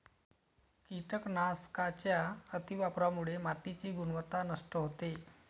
कीटकनाशकांच्या अतिवापरामुळे मातीची गुणवत्ता नष्ट होते